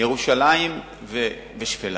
ירושלים ושפלה.